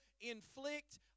inflict